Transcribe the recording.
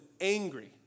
angry